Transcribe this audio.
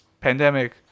pandemic